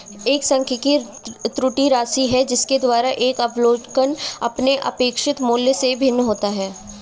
एक सांख्यिकी त्रुटि राशि है जिसके द्वारा एक अवलोकन अपने अपेक्षित मूल्य से भिन्न होता है